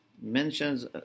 Mentions